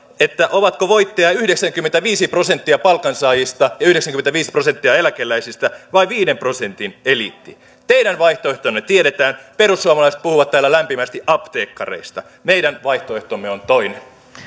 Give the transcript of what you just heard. onko voittaja yhdeksänkymmentäviisi prosenttia palkansaajista ja yhdeksänkymmentäviisi prosenttia eläkeläisistä vai viiden prosentin eliitti teidän vaihtoehtonne tiedetään perussuomalaiset puhuvat täällä lämpimästi apteekkareista meidän vaihtoehtomme on toinen